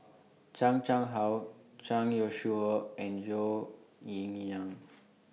Chan Chang How Zhang Youshuo and Zhou Ying